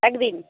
একদিন